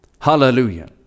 Hallelujah